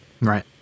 Right